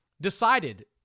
decided